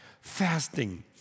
fasting